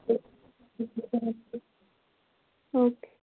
okay